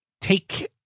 take